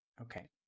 Okay